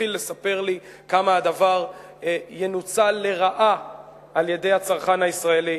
שהתחיל לספר לי כמה הדבר ינוצל לרעה על-ידי הצרכן הישראלי.